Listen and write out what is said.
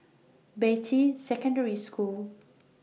Beatty Secondary School